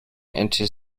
into